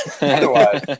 Otherwise